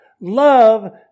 Love